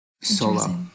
solo